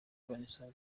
vanessa